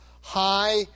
high